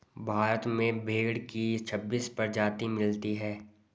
भारत में भेड़ की छब्बीस प्रजाति मिलती है